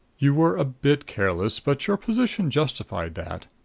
you were a bit careless, but your position justified that.